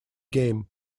game